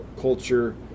culture